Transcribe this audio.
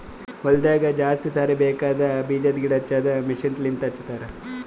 ಹೊಲದಾಗ ಜಾಸ್ತಿ ಸಾರಿ ಬೇಕಾಗದ್ ಬೀಜದ್ ಗಿಡ ಹಚ್ಚದು ಮಷೀನ್ ಲಿಂತ ಮಾಡತರ್